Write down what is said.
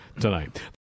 tonight